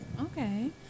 okay